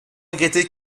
regretter